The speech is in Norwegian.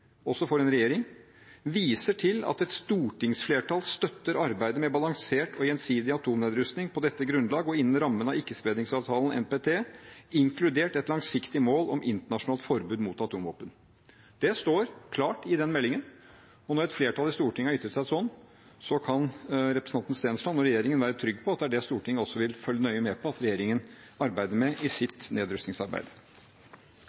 også for en regjering – viser til at «et stortingsflertall støtter arbeidet med balansert og gjensidig atomnedrustning på dette grunnlag og innen rammen av ikkespredningsavtalen NPT, inkludert et langsiktig mål om internasjonalt forbud mot atomvåpen». Det står klart i den meldingen, og når et flertall i Stortinget har ytret seg sånn, kan representanten Stensland og regjeringen være trygg på at det er det Stortinget også vil følge nøye med på at regjeringen arbeider med i